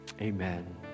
Amen